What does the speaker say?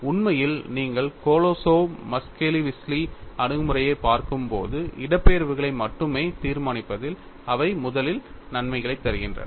உண்மையில் நீங்கள் Kolosov Muskhelishvili அணுகுமுறையைப் பார்க்கும்போது இடப்பெயர்வுகளை மட்டுமே தீர்மானிப்பதில் அவை முதலில் நன்மைகளைத் தருகின்றன